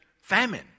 famine